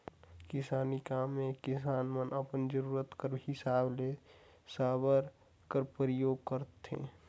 किसानी काम मे किसान मन अपन जरूरत कर हिसाब ले साबर कर परियोग करथे